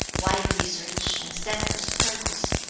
wide research and steadfast purpose,